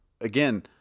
again